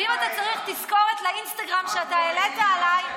ואם אתה צריך תזכורת לאינסטגרם שאתה העלית עליי,